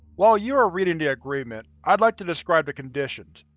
while you are reading the agreement, i'd like to describe the conditions.